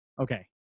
okay